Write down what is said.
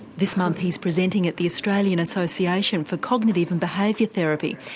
this month he's presenting at the australian association for cognitive and behaviour therapy,